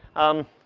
um,